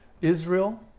Israel